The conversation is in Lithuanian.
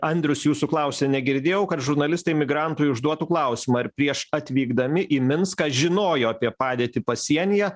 andrius jūsų klausė negirdėjau kad žurnalistai emigrantui užduotų klausimą ar prieš atvykdami į minską žinojo apie padėtį pasienyje